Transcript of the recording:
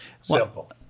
Simple